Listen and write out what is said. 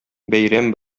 бәйрәм